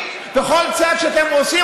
בכל צעד שאתם עושים,